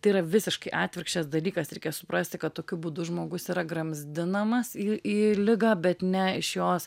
tai yra visiškai atvirkščias dalykas reikia suprasti kad tokiu būdu žmogus yra gramzdinamas į į ligą bet ne iš jos